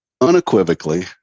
unequivocally